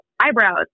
eyebrows